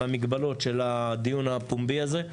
עם המגבלות של הדיון הפומבי הזה.